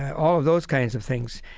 all of those kinds of things.